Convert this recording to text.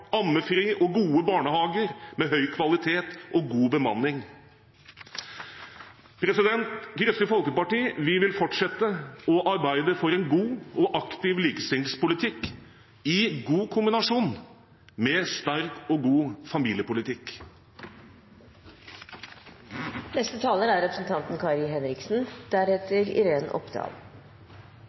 ammefri og gode barnehager med høy kvalitet og god bemanning. Kristelig Folkeparti vil fortsette å arbeide for en god og aktiv likestillingspolitikk i god kombinasjon med en sterk og god